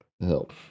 help